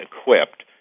equipped